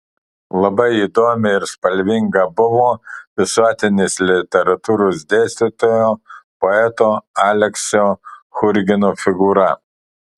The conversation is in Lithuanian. labai įdomi ir spalvinga buvo visuotinės literatūros dėstytojo poeto aleksio churgino figūra